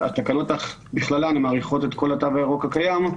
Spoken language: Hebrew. התקנות בכללן מאריכות את התו הירוק הקיים.